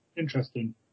interesting